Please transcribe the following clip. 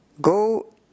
Go